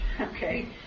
okay